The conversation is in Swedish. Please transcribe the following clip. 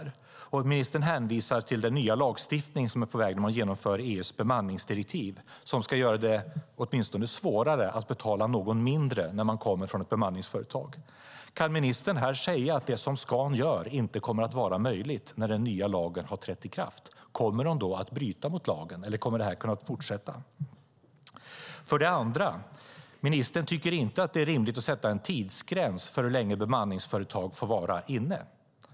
För det första: Ministern hänvisar till den nya lagstiftning som är på väg där man genomför EU:s bemanningsdirektiv som ska göra det åtminstone svårare att betala någon som kommer från ett bemanningsföretag mindre. Kan ministern här säga att det som Scan gör inte kommer att vara möjligt när den nya lagen har trätt i kraft? Kommer de då att bryta mot lagen eller kommer det här att kunna fortsätta? För det andra: Ministern tycker inte att det är rimligt att sätta en tidsgräns för hur länge bemanningsföretag får vara inne.